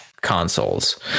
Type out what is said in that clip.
consoles